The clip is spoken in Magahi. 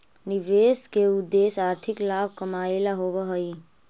निवेश के उद्देश्य आर्थिक लाभ कमाएला होवऽ हई